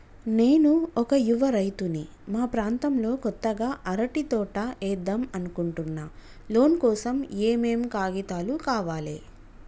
నేను ఒక యువ రైతుని మా ప్రాంతంలో కొత్తగా అరటి తోట ఏద్దం అనుకుంటున్నా లోన్ కోసం ఏం ఏం కాగితాలు కావాలే?